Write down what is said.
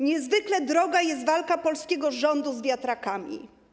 Niezwykle droga jest walka polskiego rządu z wiatrakami.